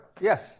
Yes